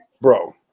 Bro